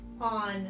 on